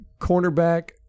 Cornerback